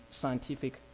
scientific